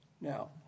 Now